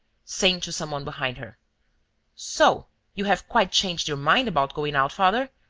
saying to some one behind her so you have quite changed your mind about going out, father.